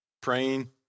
Praying